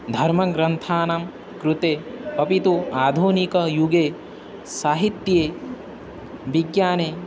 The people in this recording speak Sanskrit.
धर्मग्रन्थानां कृते अपि तु आधुनिकयुगे साहित्ये विज्ञाने